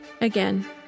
Again